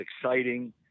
exciting